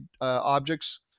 objects